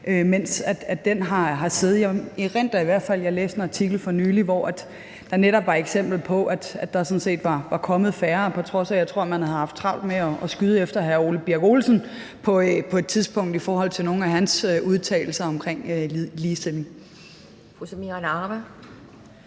fald, at jeg læste en artikel for nylig, hvor der netop var et eksempel på, at der sådan set var kommet færre, på trods af at jeg tror, at man har haft travlt med at skyde efter hr. Ole Birk Olesen på et tidspunkt i forhold til nogle af hans udtalelser omkring ligestilling.